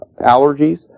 allergies